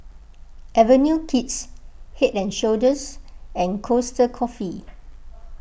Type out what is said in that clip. Avenue Kids Head and Shoulders and Costa Coffee